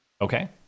Okay